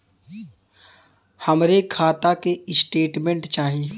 हमरे खाता के स्टेटमेंट चाही?